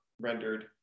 rendered